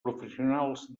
professionals